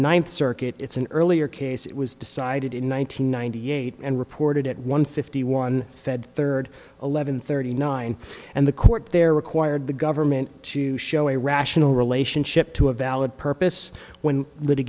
ninth circuit it's an earlier case it was decided in one nine hundred ninety eight and reported at one fifty one fed third eleven thirty nine and the court there required the government to show a rational relationship to a valid purpose when